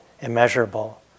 immeasurable